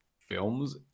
films